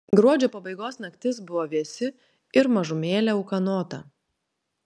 gruodžio pabaigos naktis buvo vėsi ir mažumėlę ūkanota